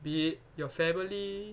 be it your family